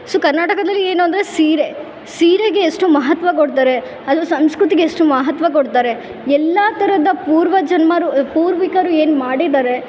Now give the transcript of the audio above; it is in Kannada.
ಸೊ ಕರ್ನಾಟಕದಲ್ಲಿ ಏನಂದರೆ ಸೀರೆ ಸೀರೆಗೆ ಎಷ್ಟು ಮಹತ್ವ ಕೊಡ್ತಾರೆ ಅದು ಸಂಸ್ಕೃತಿಗೆ ಎಷ್ಟು ಮಹತ್ವ ಕೊಡ್ತಾರೆ ಎಲ್ಲ ತರಹದ ಪೂರ್ವಜನ್ಮರು ಪೂರ್ವಿಕರು ಏನು ಮಾಡಿದ್ದಾರೆ